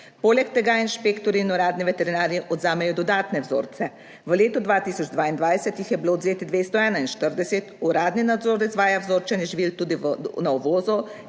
Poleg tega inšpektorji in uradni veterinarji odvzamejo dodatne vzorce. V letu 2022 jih je bilo odvzetih 241. Uradni nadzor izvaja vzorčenje živil tudi na uvozu,